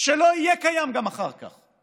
ושלא יהיה קיים גם אחר כך?